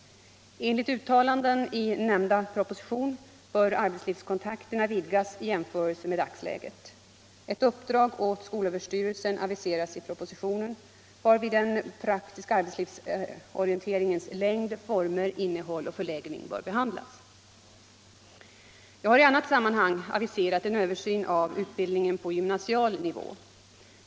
Enligt uttalanden i nämnda proposition bör arbetslivskontakterna vidgas i jämförelse med dagsläget. Ett uppdrag åt skolöverstyrelsen aviseras i propositionen, varvid den praktiska arbetslivsorienteringens längd, former, innehåll och förläggning bör behandlas. Jag har i annat sammanhang aviserat en översyn av utbildningen på gymnasial nivå.